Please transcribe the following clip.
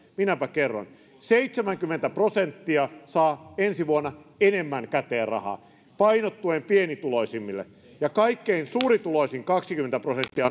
minäpä kerron seitsemänkymmentä prosenttia saa ensi vuonna enemmän käteen rahaa painottuen pienituloisimmille ja kaikkein suurituloisin kaksikymmentä prosenttia